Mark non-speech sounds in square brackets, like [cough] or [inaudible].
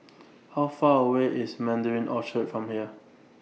[noise] How Far away IS Mandarin Orchard from here